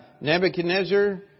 Nebuchadnezzar